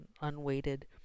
unweighted